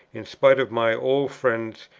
in spite of my old friends,